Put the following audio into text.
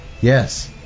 yes